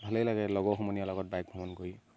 ভালেই লাগে লগৰ সমনীয়াৰ লগত বাইক ভ্ৰমণ কৰি